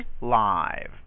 live